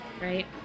right